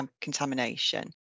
contamination